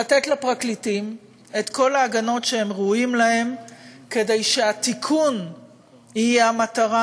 לתת לפרקליטים את כל ההגנות שהם ראויים להן כדי שהתיקון יהיה המטרה,